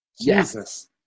Jesus